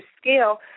scale